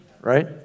Right